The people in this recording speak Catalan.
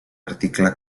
article